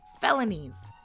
felonies